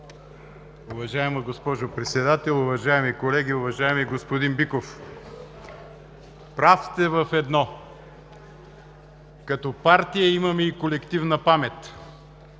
Уважаема госпожо Председател, уважаеми колеги! Уважаеми господин Биков, прав сте в едно – като партия имаме и колективна памет.